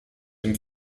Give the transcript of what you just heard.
dem